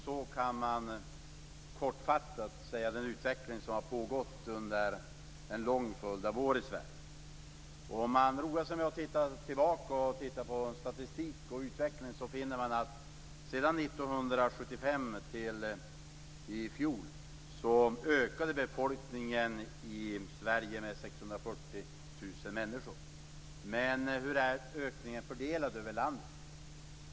Så kan man kortfattat säga om den utveckling som pågått under en lång följd av år i Sverige. Om man roar sig med att titta tillbaka och titta på statistik och utveckling finner man att befolkningen i Sverige sedan 1975 fram till i fjol ökade med 640 000 människor. Men hur är ökningen fördelad över landet?